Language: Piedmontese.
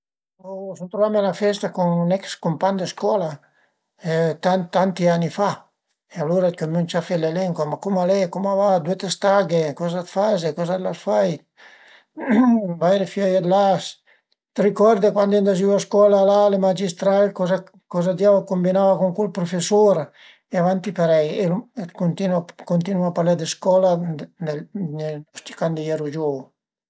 A ie poch da spieghé, pìa la bici, sauta s'la bici e pröva a bugete. Alura cun calma t'sete, pöi vade avanti pian pianin, tene i pe larch, büte pa i pe sël pedal, se t'perde l'ecuilibrio, t'apoge, cuand vëdde che la bici a s'ten drita ënsema a ti büte i pe sël pedal